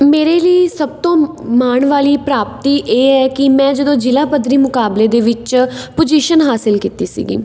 ਮੇਰੇ ਲਈ ਸਭ ਤੋਂ ਮਾਣ ਵਾਲੀ ਪ੍ਰਾਪਤੀ ਇਹ ਹੈ ਕਿ ਮੈਂ ਜਦੋਂ ਜ਼ਿਲ੍ਹਾ ਪੱਧਰੀ ਮੁਕਾਬਲੇ ਦੇ ਵਿੱਚ ਪੁਜ਼ੀਸ਼ਨ ਹਾਸਿਲ ਕੀਤੀ ਸੀਗੀ